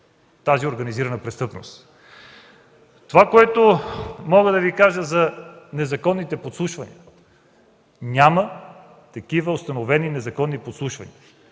тази организирана престъпност. Това, което мога да Ви кажа за незаконните подслушвания: Няма установени такива незаконни подслушвания.